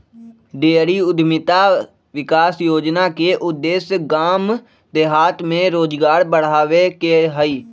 dairy उद्यमिता विकास योजना के उद्देश्य गाम देहात में रोजगार बढ़ाबे के हइ